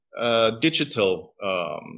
digital